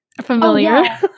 familiar